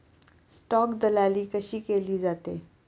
Stock दलाली कशी केली जाते?